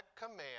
command